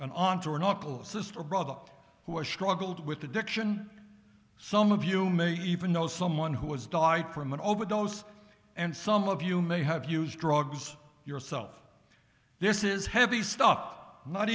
an aunt or not a little sister or brother who has struggled with addiction some of you may even know someone who has died from an overdose and some of you may have used drugs yourself this is heavy stop not